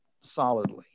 solidly